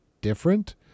different